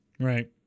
Right